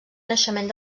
naixement